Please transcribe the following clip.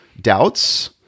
doubts